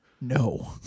No